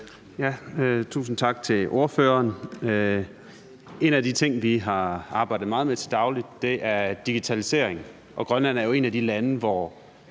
Tusind tak til ordføreren. En af de ting, vi har arbejdet meget med til daglig, er digitalisering, og Grønland er jo et af de lande, hvor